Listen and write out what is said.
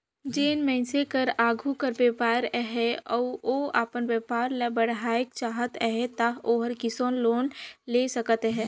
जेन मइनसे कर आघु कर बयपार अहे अउ ओ अपन बयपार ल बढ़ाएक चाहत अहे ता ओहर किसोर लोन ले सकत अहे